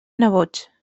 nebots